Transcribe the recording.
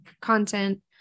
content